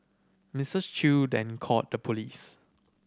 Misses Chew then called the police